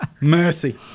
Mercy